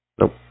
Nope